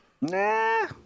Nah